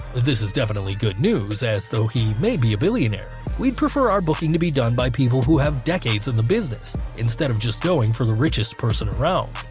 this is definitely good news, as though he may be a billionaire, we'd prefer our booking to be done by people who have decades in the business, instead of just going for the richest person around.